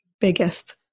Biggest